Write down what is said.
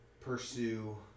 pursue